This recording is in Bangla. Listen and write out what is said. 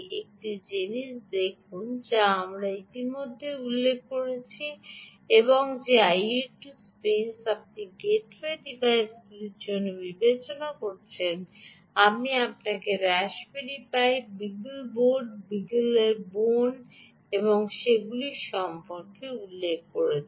একটি জিনিস দেখুন যা আমরা ইতিমধ্যে উল্লেখ করেছি যে আইওটি স্পেসে আপনি গেটওয়ে ডিভাইসগুলি বিবেচনা করলে আমি আপনাকে রাস্পবেরি পাই বিগল বোর্ডBeagle board এবং সেগুলি সম্পর্কে উল্লেখ করেছি